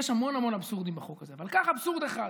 יש המון המון אבסורדים בחוק, אבל קח אבסורד אחד: